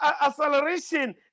acceleration